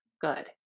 good